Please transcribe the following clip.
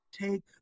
take